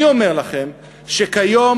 אני אומר לכם שכיום,